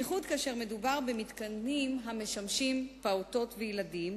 בייחוד כאשר מדובר במתקנים המשמשים פעוטות וילדים,